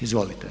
Izvolite.